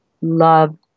love